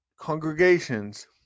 congregations